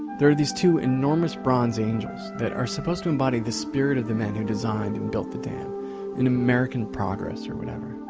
they're these two enormous bronze angels, that are supposed to embody the spirit of the men who designed and built the dam in american progress, or whatever.